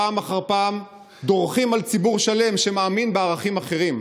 פעם אחר פעם דורכים על ציבור שלם שמאמין בערכים אחרים.